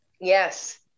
yes